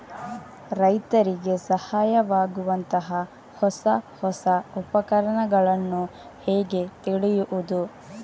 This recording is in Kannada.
ರೈತರಿಗೆ ಸಹಾಯವಾಗುವಂತಹ ಹೊಸ ಹೊಸ ಉಪಕರಣಗಳನ್ನು ಹೇಗೆ ತಿಳಿಯುವುದು?